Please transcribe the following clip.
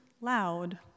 loud